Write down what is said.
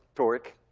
torque,